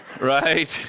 Right